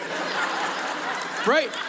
Right